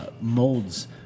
molds